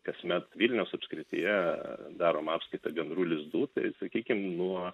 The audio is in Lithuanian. kasmet vilniaus apskrityje darom apskaitą gandrų lizdų tai sakykim nuo